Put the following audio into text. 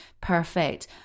perfect